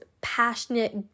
passionate